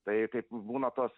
tai kaip būna tos